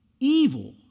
evil